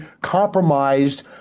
compromised